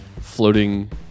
floating